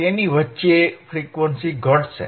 આની વચ્ચે ફ્રીક્વન્સી ઘટશે